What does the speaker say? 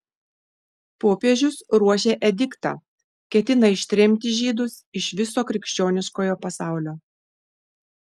popiežius ruošia ediktą ketina ištremti žydus iš viso krikščioniškojo pasaulio